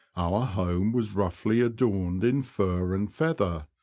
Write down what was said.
our home was roughly adorned in fur and feather,